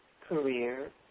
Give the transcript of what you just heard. career